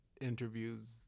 interviews